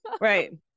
Right